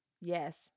Yes